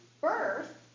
birth